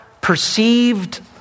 perceived